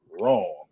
wrong